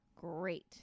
Great